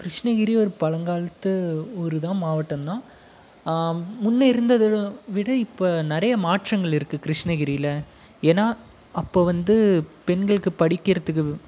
கிருஷ்ணகிரி ஒரு பழங்காலத்து ஊருதான் மாவட்டந்தான் முன்னேயிருந்ததை விட இப்போ நிறைய மாற்றங்கள் இருக்குது கிருஷ்ணகிரியில் ஏன்னா அப்போ வந்து பெண்களுக்கு படிக்கிறத்துக்கு